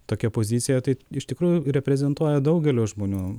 tokia pozicija tai iš tikrųjų reprezentuoja daugelio žmonių